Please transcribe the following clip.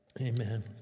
Amen